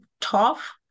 tough